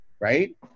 right